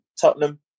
Tottenham